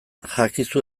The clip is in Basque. jakizu